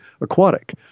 aquatic